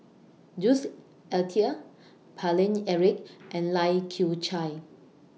Jules Itier Paine Eric and Lai Kew Chai